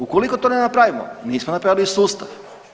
Ukoliko to ne napravimo nismo napravili sustav.